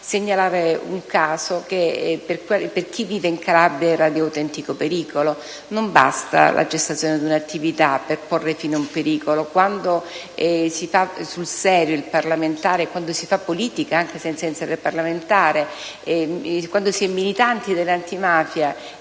segnalare un caso che per chi vive in Calabria era di autentico pericolo. Non basta la cessazione di un'attività per porre fine a un pericolo. Quando si fa sul serio il parlamentare, quando si fa politica, anche senza essere parlamentare, quando si è militanti dell'antimafia,